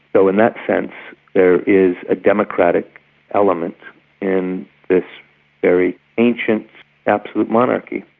so in that sense there is a democratic element in this very ancient absolute monarchy.